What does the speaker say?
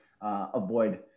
avoid